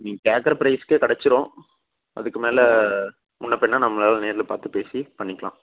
நீங்கள் கேட்கற ப்ரைஸ்க்கே கிடச்சிரும் அதுக்கு மேல் முன்னே பின்னே நம்மளால் நேரில் பார்த்து பேசி பண்ணிக்கலாம்